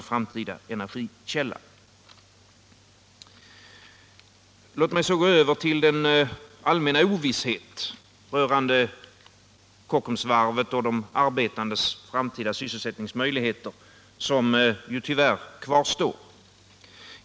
Jag vill härefter ta upp frågan om den allmänna ovisshet rörande Kockumvarvet och de arbetandes framtida sysselsättningsmöjligheter som tyvärr fortfarande kvarstår.